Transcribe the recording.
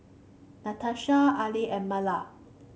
Natasha Carli and Marla